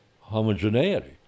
homogeneity